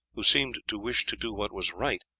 who seemed to wish to do what was right,